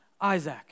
Isaac